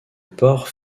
pores